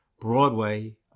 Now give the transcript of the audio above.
Broadway